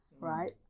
Right